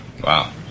Wow